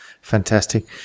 Fantastic